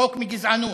רחוק מגזענות.